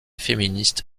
féministes